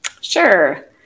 Sure